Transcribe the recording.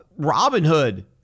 Robinhood